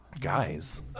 Guys